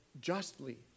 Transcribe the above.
justly